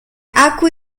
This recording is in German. akku